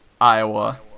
Iowa